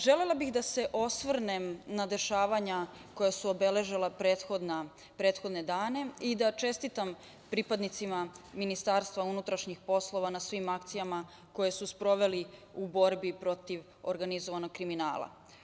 Želela bih da se osvrnem na dešavanja koja su obeležila prethodne dana i da čestitam pripadnicima MUP-a na svim akcijama koje su sproveli u borbi protiv organizovanog kriminala.